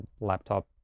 laptop